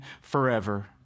forever